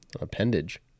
appendage